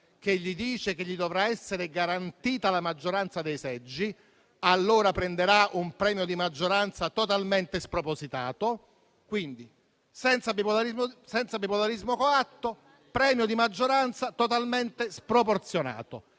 che dice che gli dovrà essere garantita la maggioranza dei seggi, prenderà un premio di maggioranza totalmente spropositato. Quindi senza bipolarismo coatto vi sarà un premio di maggioranza totalmente sproporzionato.